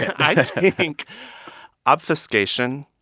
i think obfuscation,